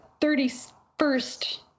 31st